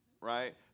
right